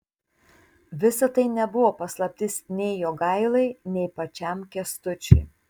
visa tai nebuvo paslaptis nei jogailai nei pačiam kęstučiui